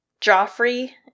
Joffrey